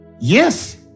Yes